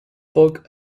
book